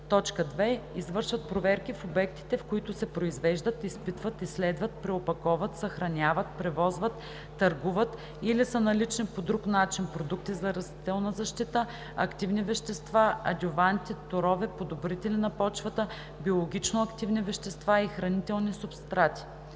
2. извършват проверки в обектите, в които се произвеждат, изпитват, изследват, преопаковат, съхраняват, превозват, търгуват или са налични по друг начин продукти за растителна защита, активни вещества, адюванти, торове, подобрители на почвата, биологично активни вещества и хранителни субстрати;